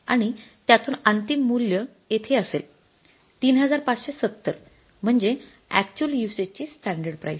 आणि त्यातून अंतिम मूल्य येथे असेल ३५७० म्हणजे अॅक्च्युअल युसेज ची स्टॅंडर्ड प्राईस